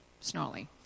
snarly